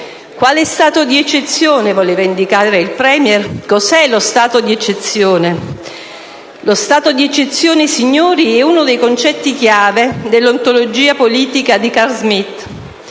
Quale stato di eccezione voleva indicare il *Premier*? Cos'è lo stato di eccezione? Lo Stato di eccezione, signori, è uno dei concetti chiave dell'ontologia politica di Carl Schmitt,